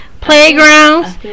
playgrounds